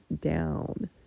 down